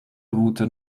route